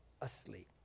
asleep